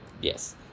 Yes